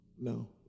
no